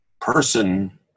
person